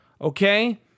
Okay